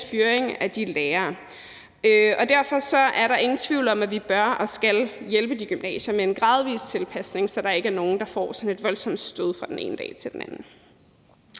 fyring af lærere. Derfor er der ingen tvivl om, at vi bør og skal hjælpe de gymnasier med en gradvis tilpasning, så der ikke er nogen, der får et voldsomt stød fra den ene dag til den anden.